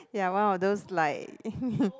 ya one of those like